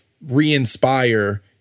re-inspire